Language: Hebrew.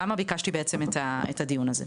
למה ביקשתי בעצם את הדיון הזה,